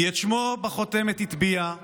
// היא את שמו בחותמת הטביעה